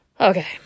Okay